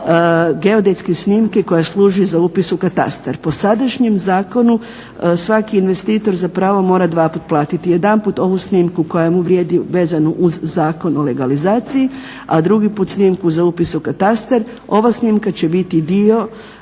dio geodetske snimke koja služi za upis u katastar. Po sadašnjem zakonu svaki investitor za pravo mora dvaput platiti, jedanput ovu snimku koja mu vrijedi vezano uz Zakon o legalizaciji, a drugi put snimku za upis u katastar. Ova snimka će biti dio